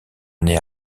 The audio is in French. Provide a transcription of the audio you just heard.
naît